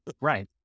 right